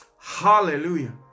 Hallelujah